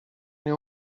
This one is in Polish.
nie